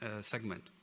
segment